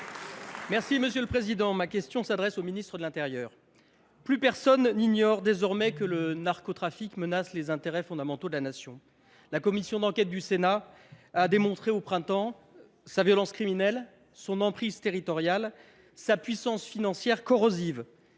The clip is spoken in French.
et Républicain. Ma question s’adresse à M. le ministre de l’intérieur. Plus personne n’ignore désormais que le narcotrafic menace les intérêts fondamentaux de la Nation. La commission d’enquête du Sénat en a démontré au printemps la violence criminelle, l’emprise territoriale, la puissance financière corrosive.